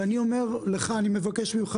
ואני אומר לך ואני מבקש ממך,